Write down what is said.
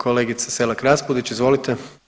Kolegice Selak Raspudić, izvolite.